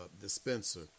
dispenser